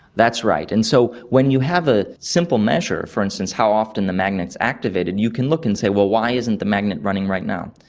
that's right, and so when you have a simple measure, for instance how often the magnet is activated, you can look and say, well, why isn't the magnet running right now?